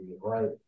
right